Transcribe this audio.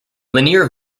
linear